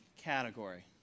category